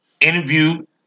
Interviewed